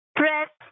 press